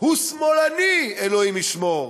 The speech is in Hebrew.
הוא שמאלני, אלוהים ישמור.